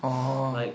like